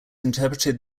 interpreted